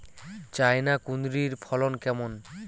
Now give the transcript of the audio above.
China কুঁদরীর ফলন কেমন?